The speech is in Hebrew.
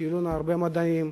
שיהיו לנו הרבה מדענים,